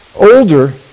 Older